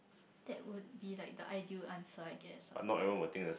that would be like the ideal answer I guess but